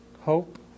hope